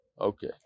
Okay